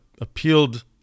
appealed